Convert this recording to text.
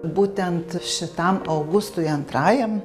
būtent šitam augustui antrajam